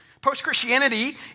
post-Christianity